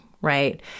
right